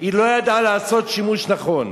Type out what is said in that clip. היא לא ידעה לעשות שימוש נכון.